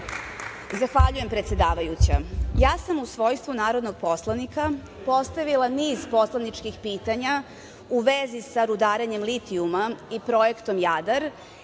Zahvaljujem predsedavajuća. Ja sam u svojstvu narodnog poslanika postavila niz poslaničkih pitanja u vezi sa rudarenjem litijuma i projektom „Jadar“